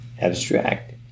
Abstract